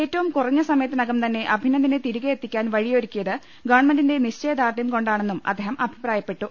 ഏറ്റവും കുറഞ്ഞ സമയത്തിനകം തന്നെ അഭിനന്ദിനെ തിരികെ എത്തി ക്കാൻ വഴിയൊരുക്കിയത് ഗവൺമെന്റിന്റെ നിശ്ചയദാർഢ്യം കൊണ്ടാണെന്നും അദ്ദേഹം അഭിപ്രായപ്പെട്ടു